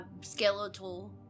skeletal